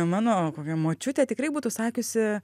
mano kokia močiutė tikrai būtų sakiusi